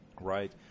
right